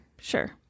Sure